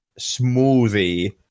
smoothie